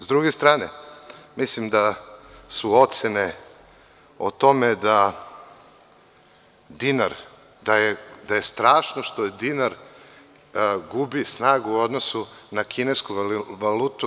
Sa druge strane, mislim da su ocene o tome da je strašno što dinar gubi snagu u odnosu na kinesku valutu.